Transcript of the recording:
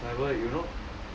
cyber you know